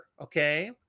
Okay